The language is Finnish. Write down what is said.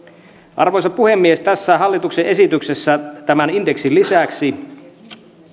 arvoisa puhemies tässä hallituksen esityksessä tämän indeksin lisäksi